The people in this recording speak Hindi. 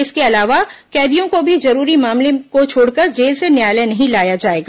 इसके अलावा कैदियों को भी जरूरी मामले को छोड़कर जेल से न्यायालय नहीं लाया जाएगा